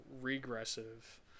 regressive